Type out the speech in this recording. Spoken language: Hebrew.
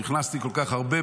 הכנסתי כל כך הרבה,